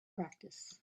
practice